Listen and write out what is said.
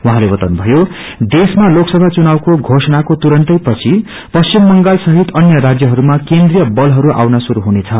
उाहाँले बताउनु भयो देशमा लोकसभा चुनावको घोषणाको तुरून्तै पछि पश्चिम बंगालसहित अन्य राज्यहरूमा केन्द्रिय बलहरू आउन शुरू हुनेछ